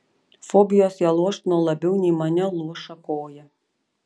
fobijos ją luošino labiau nei mane luoša koja